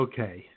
Okay